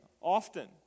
often